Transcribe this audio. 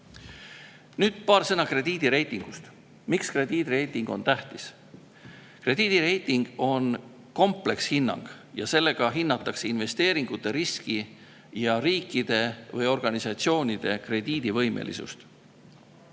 Nüüd paar sõna krediidireitingust. Miks on krediidireiting tähtis? Krediidireiting on komplekshinnang ja sellega hinnatakse investeeringute riski ja riikide või organisatsioonide krediidivõimelisust.